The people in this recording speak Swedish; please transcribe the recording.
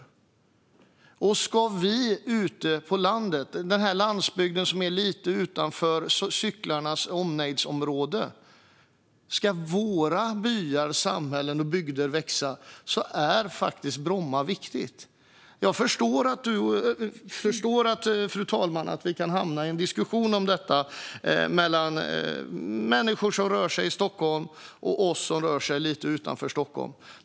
Men det här gäller oss ute på landet, det vill säga den landsbygd som ligger något utanför cyklarnas omnejdsområde. Om våra byar, samhällen och bygder ska växa är Bromma faktiskt viktig. Jag förstår, fru talman, att en diskussion om detta kan uppstå mellan människor som rör sig i Stockholm och oss som rör oss lite utanför Stockholm.